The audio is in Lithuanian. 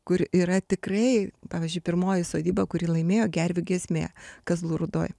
kur yra tikrai pavyzdžiui pirmoji sodyba kuri laimėjo gervių giesmė kazlų rūdoj